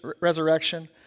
resurrection